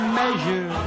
measure